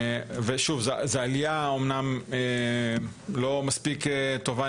זו אומנם עלייה לא מספיק טובה,